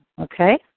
okay